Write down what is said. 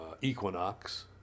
Equinox